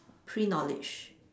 pre-knowledge